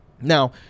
Now